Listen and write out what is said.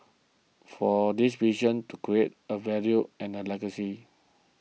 for this vision is to create a value and a legacy